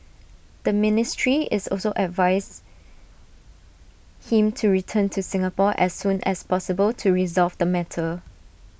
the ministry also advised him to return to Singapore as soon as possible to resolve the matter